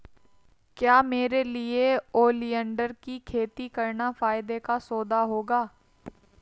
क्या मेरे लिए ओलियंडर की खेती करना फायदे का सौदा होगा?